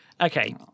Okay